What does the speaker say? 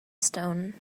stone